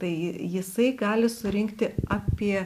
tai jisai gali surinkti apie